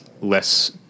less